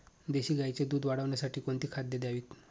देशी गाईचे दूध वाढवण्यासाठी कोणती खाद्ये द्यावीत?